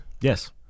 yes